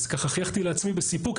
אז ככה חייכתי לעצמי בסיפוק.